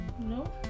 No